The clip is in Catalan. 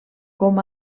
com